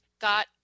got